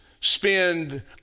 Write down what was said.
spend